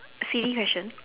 silly question